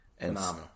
Phenomenal